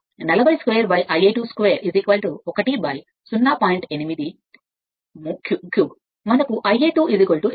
8 3 మనకు ∅ 2 28